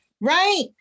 right